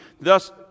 Thus